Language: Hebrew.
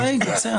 רגע.